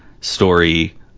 story